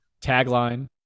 tagline